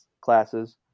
classes